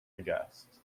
aghast